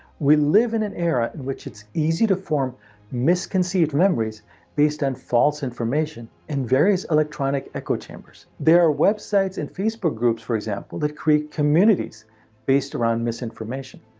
we live in an era in which is easy to form misconceived memories based on false information in various electronic echo chambers. there are websites and facebook groups for example, that create communities based around misinformation.